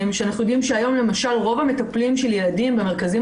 אנחנו יודעים שהיום למשל רוב המטפלים של ילדים במרכזים